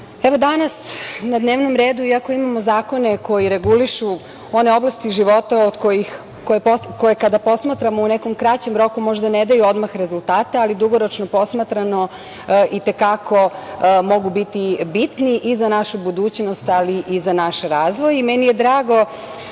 evo, danas na dnevnom redu iako imamo zakone koji regulišu one oblasti života koje kada posmatramo u nekom kraćem roku možda ne daju odmah rezultate, ali dugoročno posmatrano i te kako mogu biti bitni i za našu budućnost ali i za naš razvoj